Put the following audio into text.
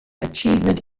achievement